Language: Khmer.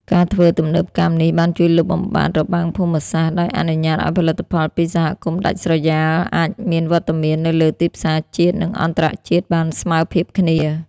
ការធ្វើទំនើបកម្មនេះ បានជួយលុបបំបាត់ "របាំងភូមិសាស្ត្រ" ដោយអនុញ្ញាតឱ្យផលិតផលពីសហគមន៍ដាច់ស្រយាល អាចមានវត្តមាននៅលើទីផ្សារជាតិ និងអន្តរជាតិបានស្មើភាពគ្នា។